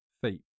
feet